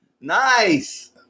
Nice